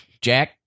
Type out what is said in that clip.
Jack